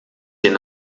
den